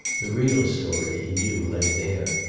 the real story, he knew, lay there,